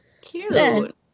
Cute